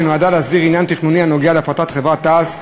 שנועדה להסדיר עניין תכנוני הנוגע להפרטת חברת תע"ש,